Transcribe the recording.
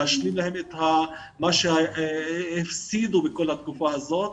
להשלים להם את מה שהפסידו בכל התקופה הזאת,